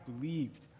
believed